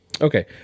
Okay